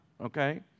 Okay